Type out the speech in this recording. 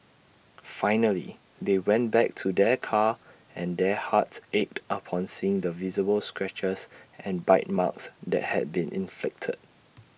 finally they went back to their car and their hearts ached upon seeing the visible scratches and bite marks that had been inflicted